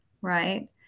Right